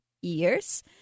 years